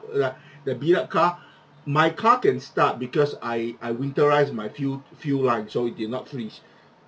like the beat up car my car can start because I I winterized my fuel fuel line so it did not freeze